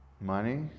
Money